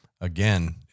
again